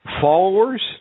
followers